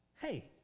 Hey